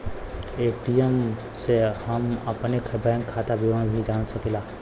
ATM से हम अपने बैंक खाता विवरण भी जान सकीला